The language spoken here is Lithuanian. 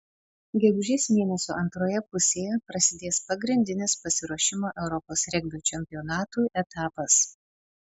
gegužės mėnesio antroje pusėje prasidės pagrindinis pasiruošimo europos regbio čempionatui etapas